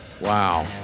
Wow